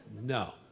no